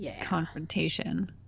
confrontation